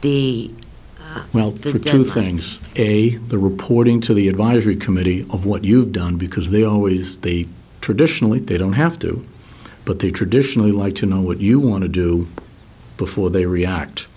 you things a the reporting to the advisory committee of what you've done because they always they traditionally they don't have to but they traditionally like to know what you want to do before they react